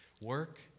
work